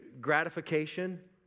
gratification